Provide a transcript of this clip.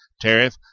tariff